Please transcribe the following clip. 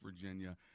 Virginia